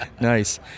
nice